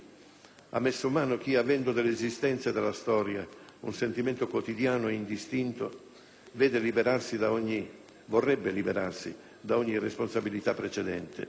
ha messo mano chi, avendo dell'esistenza e della storia un sentimento quotidiano e indistinto, vorrebbe liberarsi da ogni responsabilità precedente.